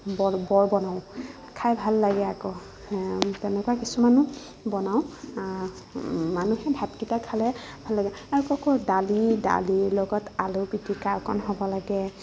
বৰ বনাও খাই ভাল লাগে আকৌ তেনেকুৱা কিছুমান বনাও মানুহে ভাতকেইটা খালে ভাল লাগে দালি দালিৰ লগত আলু পিটিকা অকণ হ'ব লাগে